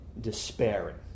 despairing